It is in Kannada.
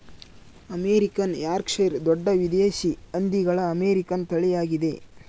ಅಮೇರಿಕನ್ ಯಾರ್ಕ್ಷೈರ್ ದೊಡ್ಡ ದೇಶೀಯ ಹಂದಿಗಳ ಅಮೇರಿಕನ್ ತಳಿಯಾಗಿದೆ